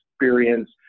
experience